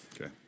Okay